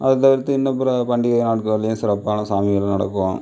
அதை தவிர்த்து இன்னும் பிற பண்டிகை நாட்கள்லேயும் சிறப்பான சாமிகள் நடக்கும்